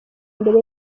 mbere